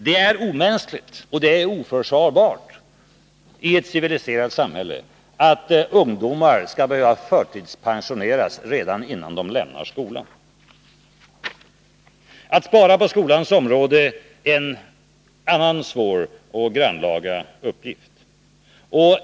Det är omänskligt och oförsvarbart i ett civiliserat samhälle att ungdomar skall behöva förtidspensioneras redan innan de lämnar skolan. Att spara på skolans område är en annan svår och grannlaga uppgift.